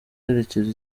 yerekeza